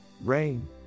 rain